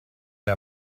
der